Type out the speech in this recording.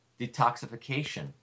detoxification